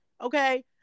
Okay